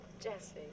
Jesse